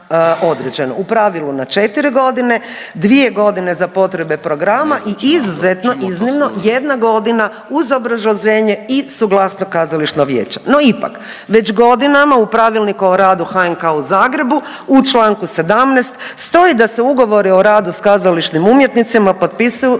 U pravilu na 4 godine, 2 godine za potrebe programa i izuzetno iznimno jedna godina uz obrazloženje i suglasnost kazališnog vijeća. No ipak već godinama u Pravilniku o radu HNK-a u Zagrebu u članku 17. stoji da se ugovori o radu s kazališnim umjetnicima potpisuju